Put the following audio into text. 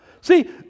See